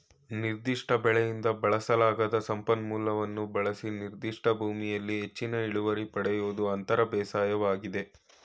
ನಿರ್ದಿಷ್ಟ ಬೆಳೆಯಿಂದ ಬಳಸಲಾಗದ ಸಂಪನ್ಮೂಲವನ್ನು ಬಳಸಿ ನಿರ್ದಿಷ್ಟ ಭೂಮಿಲಿ ಹೆಚ್ಚಿನ ಇಳುವರಿ ಪಡಿಯೋದು ಅಂತರ ಬೇಸಾಯವಾಗಿದೆ